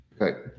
Okay